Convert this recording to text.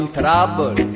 trouble